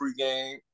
pregame